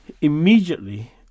Immediately